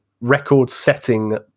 record-setting